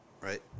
right